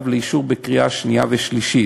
לאישור בקריאה שנייה ובקריאה שלישית.